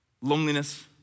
loneliness